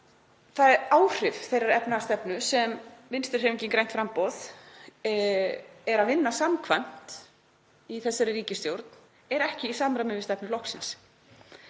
að áhrif þeirrar efnahagsstefnu sem Vinstrihreyfingin – grænt framboð er að vinna samkvæmt í þessari ríkisstjórn er ekki í samræmi við stefnu flokksins.